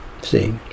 See